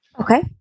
okay